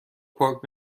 پاک